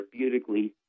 therapeutically